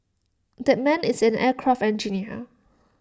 that man is an aircraft engineer